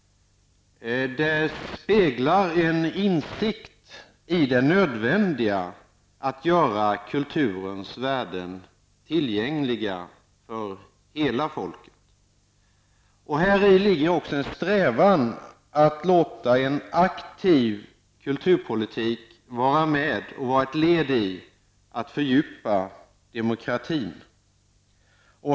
Det speglar en insikt i det nödvändiga att göra kulturens värden tillgängliga för hela folket. Häri ligger en strävan att låta en aktiv kulturpolitik vara ett led i att fördjupa demokratin.